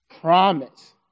promise